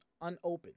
unopened